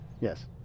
Yes